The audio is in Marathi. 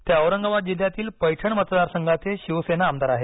ते औरंगाबाद जिल्ह्यातील पैठण मतदारसंघाचे शिवसेना आमदार आहेत